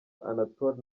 anatole